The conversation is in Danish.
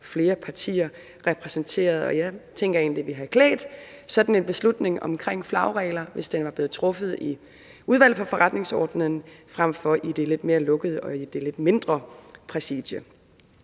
flere partier repræsenteret. Og jeg tænker egentlig, at det ville have klædt sådan en beslutning om flagregler, hvis den var blevet truffet i Udvalget for Forretningsordenen, frem for i det lidt mere lukkede og lidt mindre Præsidium.